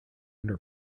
under